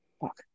Fuck